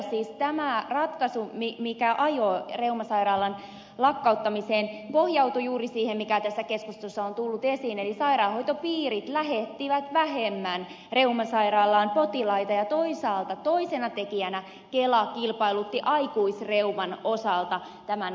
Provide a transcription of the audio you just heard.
siis tämä ratkaisu mikä ajoi reumasairaalan lakkauttamiseen pohjautui juuri siihen mikä tässä keskustelussa on tullut esiin eli sairaanhoitopiirit lähettivät vähemmän reumasairaalaan potilaita ja toisaalta toisena tekijänä kela kilpailutti hoidon aikuisreuman osalta